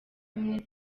ubumwe